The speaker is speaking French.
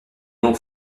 ont